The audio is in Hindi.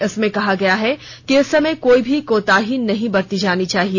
इसमें कहा गया है कि इस समय कोई भी कोताही नहीं बरती जानी चाहिए